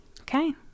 Okay